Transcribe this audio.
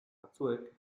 batzuek